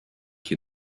qui